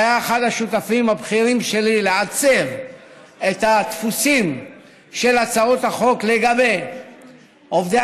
שהיה אחד השותפים הבכירים שלי לעצב את הדפוסים של הצעות החוק לגבי עובדי